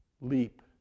leap